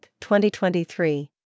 2023